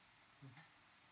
mmhmm